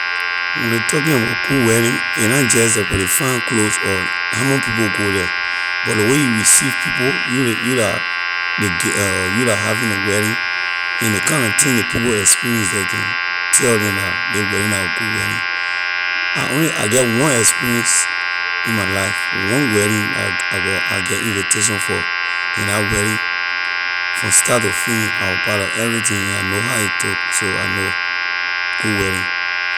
When ley talking about good wedding a na just about ley fine close or how much people go the but ley way you receive people you ley you la ley gir- you la having ley wedding and ley kind na thingey people experience the can tell la ley wedding la wor good wedding I only I get one experience in my life one wedding I got I get invitation for and la wedding from start to finish I wor part of everything and I know how a took so I know good wedding.